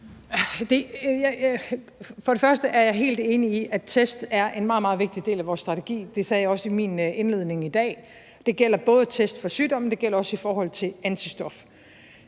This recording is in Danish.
For det første er jeg helt enig i, at test er en meget, meget vigtig del af vores strategi – det sagde jeg også i min indledning i dag – og det gælder både test for sygdommen, og det gælder også i forhold til antistoffer.